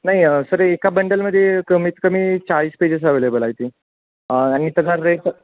नाही सर एका बंडलमध्ये कमीत कमी चाळीस पेजेस अव्हेलेबल आहे ते आणि त्याचा रेट